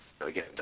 again